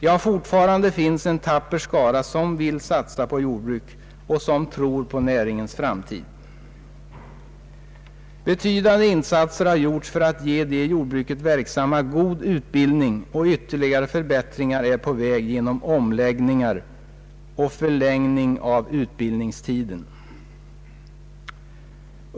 Ja, fortfarande finns en tapper skara som vill satsa på jordbruk och tror på näringens framtid. Betydande insatser har gjorts för att ge de i jordbruket verksamma god utbildning, och ytterligare förbättringar är på väg genom omläggningar och förlängning av utbildningstiden.